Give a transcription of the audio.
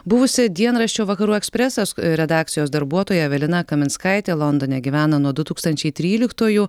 buvusi dienraščio vakarų ekspresas redakcijos darbuotoja evelina kaminskaitė londone gyvena nuo du tūktančiai tryliktųjų